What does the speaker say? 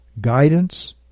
guidance